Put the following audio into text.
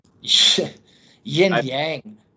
Yin-yang